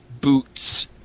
boots